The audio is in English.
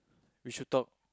we should talk